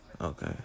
Okay